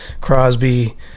Crosby